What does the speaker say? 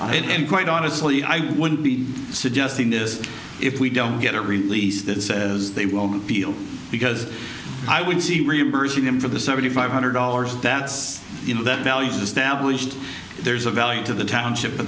and quite honestly i wouldn't be suggesting this if we don't get a release that says they won't feel because i would see reimbursing them for the seventy five hundred dollars that's you know that values established there's a value to the township